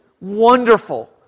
wonderful